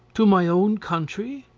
to my own country?